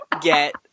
get